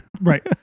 Right